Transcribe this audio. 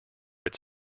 its